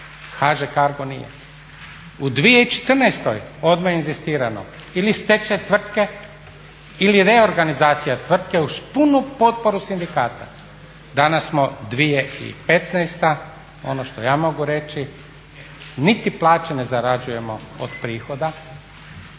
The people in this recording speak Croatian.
HŽ-Cargo nije. U 2014. odmah je inzistirano ili stečaj tvrtke i li re organizacija tvrtke uz punu potporu sindikata. Danas smo 2015., ono što ja mogu reći niti plaće ne zarađujemo od prihoda,